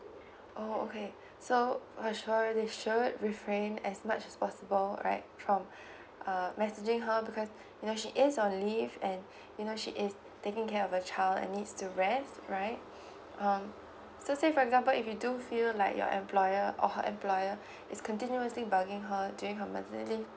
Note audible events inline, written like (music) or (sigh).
oh okay so rest assured they should refrain as much as possible right from (breath) uh messaging her because you know she is on leave and you know she is taking care of a child and needs to rest right um so say for example if you do feel like your employer or her employer (breath) is continuously bugging her during her maternity leave